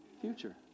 future